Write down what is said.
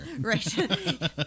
right